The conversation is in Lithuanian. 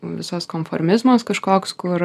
visos konformizmas kažkoks kur